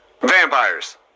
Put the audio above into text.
vampires